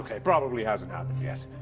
probably hasn't happened yet,